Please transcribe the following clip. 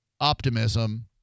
optimism